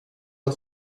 och